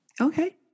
Okay